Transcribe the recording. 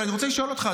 ואני רוצה לשאול אותך,